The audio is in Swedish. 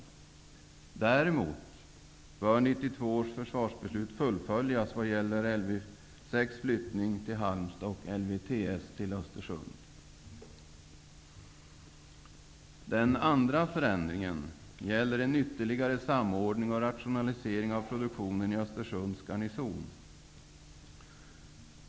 Däremot bör 1992 års försvarsbeslut fullföljas vad gäller flyttningen av Lv 6 till Den andra förändringen gäller en ytterligare samordning och rationalisering av produktionen i Östersunds garnison.